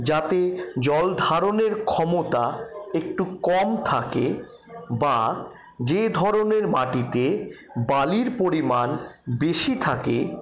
যাতে জল ধারণের ক্ষমতা একটু কম থাকে বা যে ধরণের মাটিতে বালির পরিমাণ বেশি থাকে